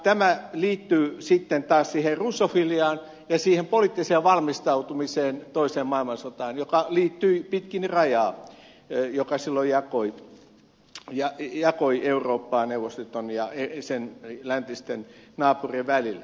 tämä liittyy sitten taas siihen russofiliaan ja siihen poliittiseen valmistautumiseen toiseen maailmansotaan pitkin rajaa joka silloin jakoi eurooppaa neuvostoliiton ja sen läntisten naapurien välillä